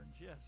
Yes